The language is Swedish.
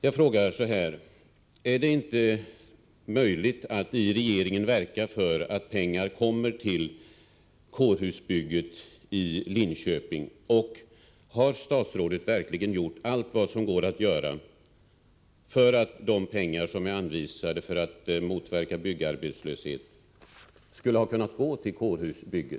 Låt mig fråga: Är det inte möjligt att i regeringen verka för att medel anvisas till kårhusbygget i Linköping? Har statsrådet verkligen gjort allt vad som går att göra för att de medel som är anvisade för att motverka byggarbetslöshet skulle ha kunnat gå till kårhusbygget?